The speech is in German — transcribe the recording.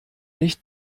nicht